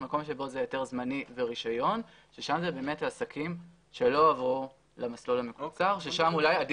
מקום שבו זה היתר זמני ורישיון כאשר שם אלה העסקים שלא